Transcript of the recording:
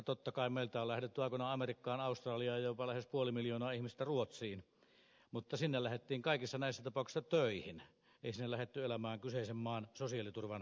totta kai meiltä on lähdetty aikoinaan amerikkaan australiaan ja jopa lähes puoli miljoonaa ihmistä on lähtenyt ruotsiin mutta sinne lähdettiin kaikissa näissä tapauksissa töihin ei sinne lähdetty elämään kyseisen maan sosiaaliturvan varassa